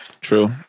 true